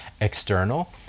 external